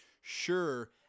Sure